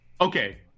Okay